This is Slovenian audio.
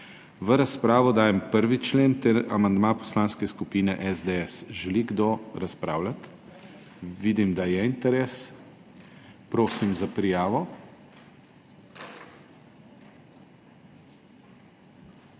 V razpravo dajem 1. člen ter amandma Poslanske skupine SDS. Želi kdo razpravljati? Vidim, da je interes. Prosim za prijavo.